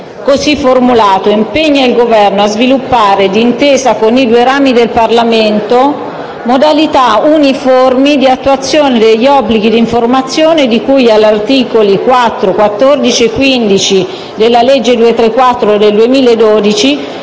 modo seguente: «impegna il Governo a sviluppare, d'intesa con i due rami del Parlamento, modalità uniformi di attuazione degli obblighi d'informazione di cui agli articoli 4, 14 e 15 della legge n. 234 del 2012,